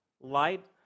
light